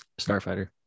Starfighter